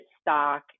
stock